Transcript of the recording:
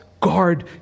guard